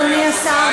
אדוני השר,